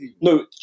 No